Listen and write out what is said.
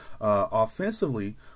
Offensively